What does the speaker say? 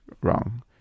wrong